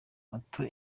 moto